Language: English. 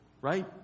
right